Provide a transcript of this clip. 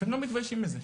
והם לא מתביישים בזה.